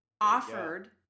offered